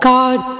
God